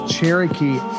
Cherokee